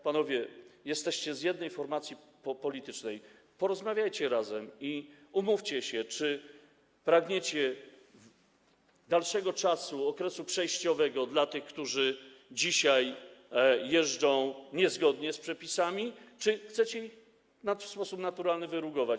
Panowie, jesteście z jednej formacji politycznej, porozmawiajcie i umówcie się, czy pragniecie dłuższego okresu przejściowego dla tych, którzy dzisiaj jeżdżą niezgodnie z przepisami, czy chcecie ich w sposób naturalny wyrugować.